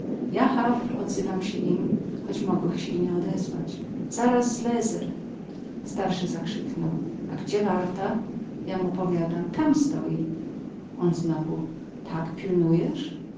haw odzywam sie im choć mogłech sie i nie odezwać zaraz zlezę starszy zakrzyknął a gdzie warta ja mu powiadam tam stoi on znowu tak pilnujesz